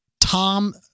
Tom